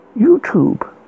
YouTube